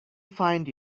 find